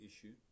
issue